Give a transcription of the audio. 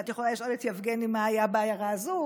ואת יכולה לשאול את יבגני מה היה בעיירה הזו